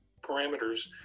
parameters